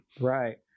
Right